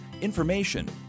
information